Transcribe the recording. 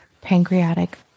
pancreatic